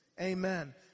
Amen